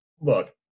look